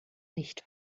nicht